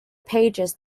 pages